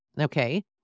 Okay